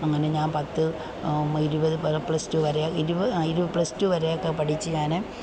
അങ്ങനെ ഞാൻ പത്ത് ഇരുപത് പ്ലസ് ടു വരെ ഇരുപത് പ്ലസ് ടു വരെയൊക്കെ പഠിച്ചു ഞാൻ